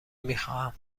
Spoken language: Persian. میخواهتم